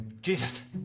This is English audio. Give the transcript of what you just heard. Jesus